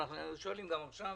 ואנחנו שואלים גם עכשיו